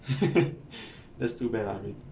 that's too bad lah